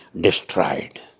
destroyed